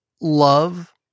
love